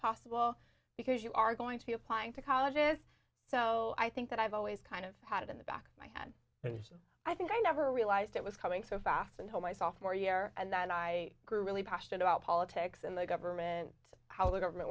possible because you are going to be applying to colleges so i think that i've always kind of had it in the back of my head and i think i never realized it was coming so fast until my software year and then i grew really passionate about politics and the government how the government